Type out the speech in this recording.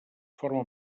forma